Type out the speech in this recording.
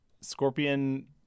scorpion